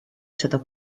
seda